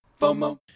FOMO